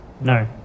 No